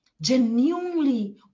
genuinely